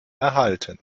erhalten